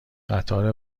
قطار